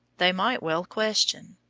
they might well question.